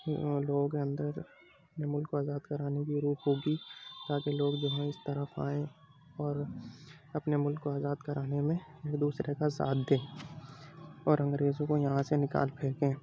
لوگوں کے اندر اپنے ملک کو آزاد کرانے کی روح پھونکی تاکہ لوگ جو ہیں اس طرف آئیں اور اپنے ملک کو آزاد کرانے میں ایک دوسرے کا ساتھ دیں اور انگریزوں کو یہاں سے نکال پھینکیں